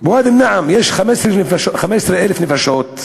בוואדי-אל-נעם יש 15,000 נפשות,